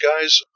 guys